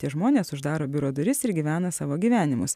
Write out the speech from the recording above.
tie žmonės uždaro biuro duris ir gyvena savo gyvenimus